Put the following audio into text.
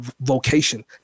vocation